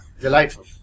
Delightful